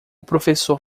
professor